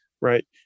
Right